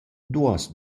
duos